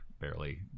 barely